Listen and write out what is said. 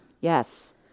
Yes